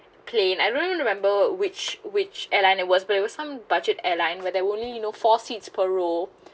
plane I don't even remember which which airline it was but it was some budget airline where there only you know four seats per row